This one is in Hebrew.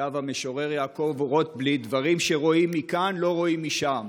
כתב המשורר יעקב רוטבליט: דברים שרואים מכאן לא רואים משם.